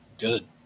good